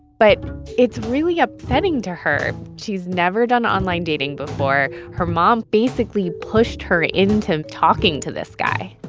but it's really upsetting to her. she's never done online dating before. her mom basically pushed her into talking to this guy.